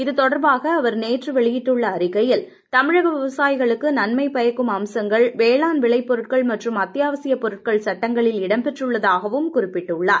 இதுதொடர்பாக அவர் நேற்று வெளியிட்டுள்ள அறிக்கையில் தமிழக விவசாயிகளுக்கு நன்மை பயக்கும் அம்சங்கள் வேளாண் விளைபொருட்கள் மற்றும் அத்தியாவசியப் பொருட்கள் சுட்டங்களில் இடம்பெற்றுள்ளதாகவும் குறிப்பிட்டுள்ளார்